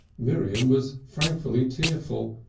miriam was frankly tearful,